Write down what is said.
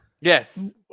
Yes